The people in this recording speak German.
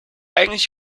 eigentlich